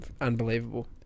unbelievable